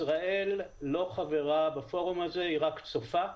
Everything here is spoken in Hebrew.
ישראל לא חברה בפורום הזה, היא רק צופה.